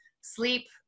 Sleep